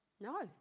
no